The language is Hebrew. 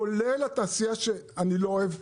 כולל התעשייה שאני לא אוהב,